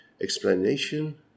explanation